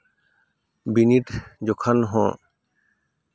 ᱵᱤᱱᱤᱰ ᱡᱚᱠᱷᱚᱱ ᱦᱚᱸ